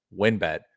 WinBet